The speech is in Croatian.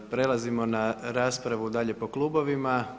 Prelazimo na raspravu dalje po klubovima.